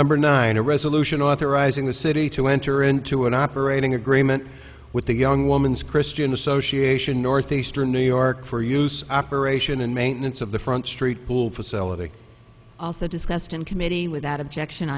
number nine a resolution authorizing the city to enter into an operating agreement with the young woman's christian association northeastern new york for use operation and maintenance of the front street pool facility also discussed in committee without objection